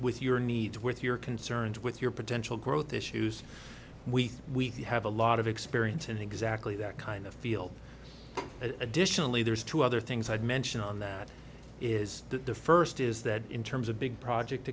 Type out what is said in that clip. with your needs with your concerns with your potential growth issues we think we have a lot of experience in exactly that kind of field and additionally there's two other things i'd mention on that is that the first is that in terms of big project